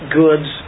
goods